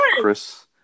Chris